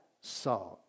saw